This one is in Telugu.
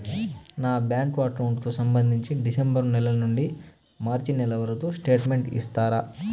నా బ్యాంకు అకౌంట్ కు సంబంధించి డిసెంబరు నెల నుండి మార్చి నెలవరకు స్టేట్మెంట్ ఇస్తారా?